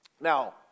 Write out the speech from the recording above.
Now